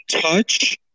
touch